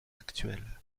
actuelle